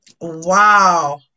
Wow